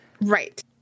Right